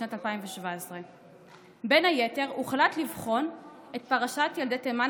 בשנת 2017. בין היתר הוחלט לבחון את פרשת ילדי תימן,